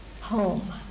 home